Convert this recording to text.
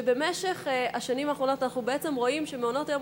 שבשנים האחרונות אנחנו בעצם רואים שמעונות-היום